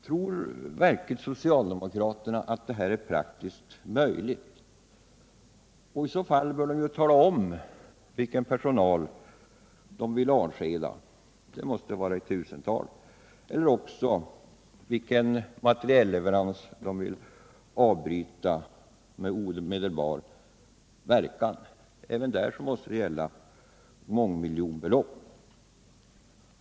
Tror verkligen socialdemokraterna att detta är praktiskt möjligt? I så fall bör de tala om vilken personal de vill avskeda — det måste bli i tusental — eller också vilken materielleverans för mångmiljonbelopp de vill avbryta med omedelbar verkan.